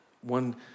one